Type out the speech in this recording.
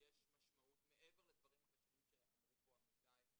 מעבר לדברים החשובים שאמרו פה עמיתיי,